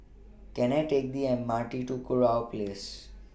Can I Take The M R T to Kurau Place